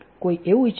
કોઈ એવું ઇચ્છતું નથી